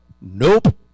Nope